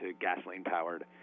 gasoline-powered